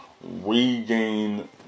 regain